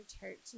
church